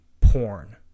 porn